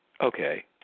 Okay